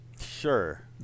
Sure